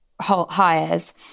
hires